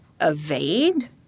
evade